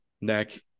neck